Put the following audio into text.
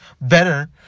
better